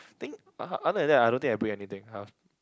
think o~ other than I don't think I break anything half